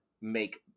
make